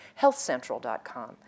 HealthCentral.com